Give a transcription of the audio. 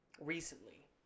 recently